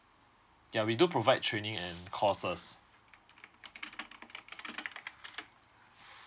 ya we do provide training and courses